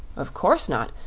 of course not.